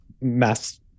mass